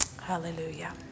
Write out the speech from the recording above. hallelujah